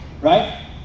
Right